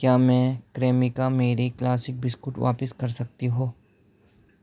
کیا میں کریمیکا میری کلاسک بسکٹ واپس کر سکتی ہوں